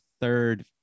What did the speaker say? third